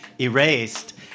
erased